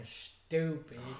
stupid